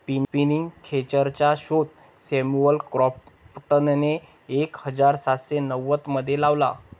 spinning खेचरचा शोध Samuel क्रॉम्प्टनने एक हजार सातशे नव्वदमध्ये लावला